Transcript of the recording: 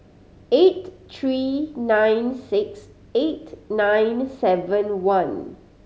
eight three nine six eight nine seven one